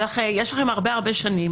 יש לכם הרבה הרבה שנים,